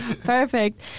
Perfect